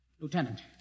Lieutenant